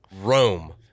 Rome